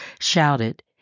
shouted